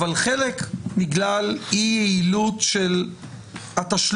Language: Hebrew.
אבל חלק בגלל אי יעילות של התשלום,